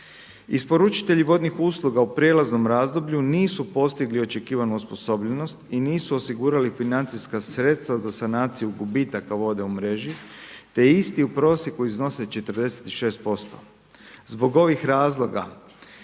Isporučitelji vodnih usluga u prijelaznom razdoblju nisu postigli očekivanu osposobljenost i nisu osigurali financijska sredstva za sanaciju gubitaka vode u mreži, te isti u prosjeku iznose 46 posto. Zbog ovih razloga